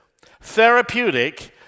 therapeutic